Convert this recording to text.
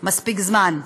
מספיק זמן.